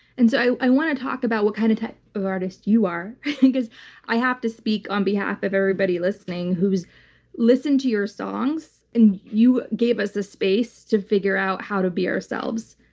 and so i want to talk about what kind of type of artist you are because i have to speak on behalf of everybody listening who's listened to your songs, and you gave us the space to figure out how to be ourselves.